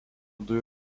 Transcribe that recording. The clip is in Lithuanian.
dujų